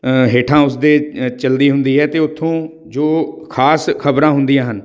ਹੇਠਾਂ ਉਸਦੇ ਚੱਲਦੀ ਹੁੰਦੀ ਹੈ ਅਤੇ ਉੱਥੋਂ ਜੋ ਖ਼ਾਸ ਖ਼ਬਰਾਂ ਹੁੰਦੀਆਂ ਹਨ